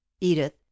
edith